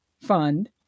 fund